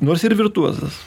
nors ir virtuozas